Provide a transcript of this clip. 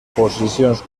posicions